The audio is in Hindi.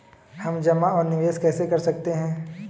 हम जमा और निवेश कैसे कर सकते हैं?